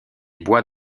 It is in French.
bois